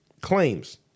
Claims